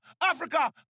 Africa